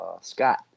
scott